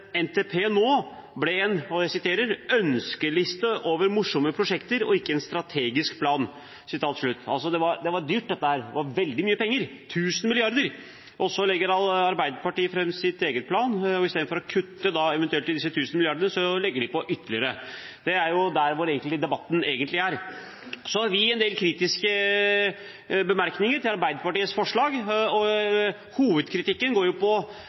NTP nå ble en ønskeliste over morsomme prosjekter og ikke en strategisk plan. Dette var altså dyrt, veldig mye penger: 1 000 mrd. kr. Så legger Arbeiderpartiet fram sin egen plan, og i stedet for eventuelt å kutte i disse 1 000 mrd. kr, legger de på ytterligere. Det er der debatten egentlig er. Vi har en del kritiske bemerkninger til Arbeiderpartiets forslag. Hovedkritikken går ut på